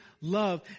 love